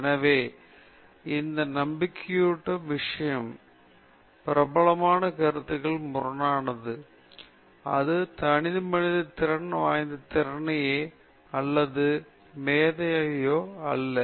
எனவே இந்த நம்பிக்கையூட்டும் விஷயம் பிரபலமான கருத்துக்கு முரணானது அது தனித்திறன் வாய்ந்த திறனையோ அல்லது மேதைமையையோ அல்ல